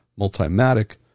Multimatic